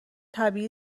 طبیعی